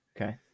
Okay